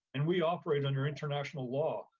and we operate under international law,